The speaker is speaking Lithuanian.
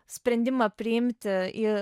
sprendimą priimti į